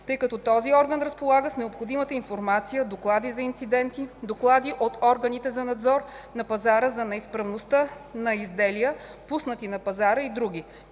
Тъй като този орган разполага с необходимата информация (доклади за инциденти, доклади от органите за надзор на пазара за неизправности на изделия, пуснати на пазара, и други),